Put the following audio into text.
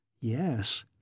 Yes